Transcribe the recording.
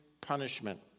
punishment